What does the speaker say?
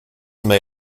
may